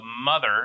mother